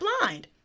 blind